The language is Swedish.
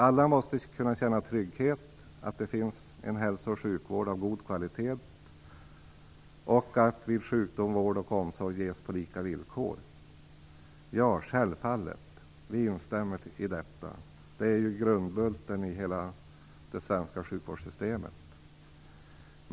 Alla måste kunna känna trygghet att det finns en hälso och sjukvård av god kvalitet och att vid sjukdom vård och omsorg ges på lika villkor." Självfallet instämmer vi i detta. Det är ju grundbulten i hela svenska sjukvårdssystemet.